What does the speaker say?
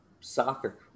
soccer